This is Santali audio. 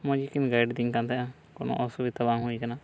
ᱢᱚᱡᱽ ᱜᱮᱠᱤᱱ ᱜᱟᱭᱤᱰ ᱤᱫᱤᱧ ᱠᱟᱱ ᱛᱟᱦᱮᱸᱜᱼᱟ ᱠᱚᱱᱚ ᱚᱥᱩᱵᱤᱫᱟ ᱵᱟᱝ ᱦᱩᱭ ᱟᱠᱟᱱᱟ